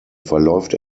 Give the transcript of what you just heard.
verläuft